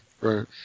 Right